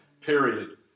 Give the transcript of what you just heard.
Period